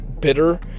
bitter